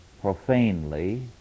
profanely